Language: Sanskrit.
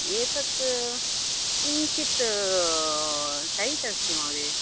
एतद् किञ्चिद् टैट् अस्ति महोदय